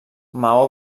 maó